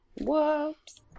Whoops